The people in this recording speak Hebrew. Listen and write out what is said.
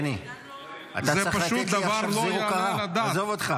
זה פשוט דבר שלא יעלה על הדעת.